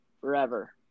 Forever